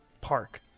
park